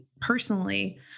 personally